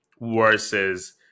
versus